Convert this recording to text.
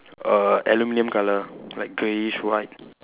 err aluminium colour like greyish white